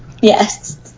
Yes